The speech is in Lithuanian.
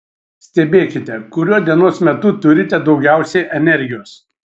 stebėkite kuriuo dienos metu turite daugiausiai energijos